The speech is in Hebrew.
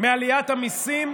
מעליית המיסים.